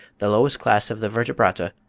the lowest class of the vertebrata,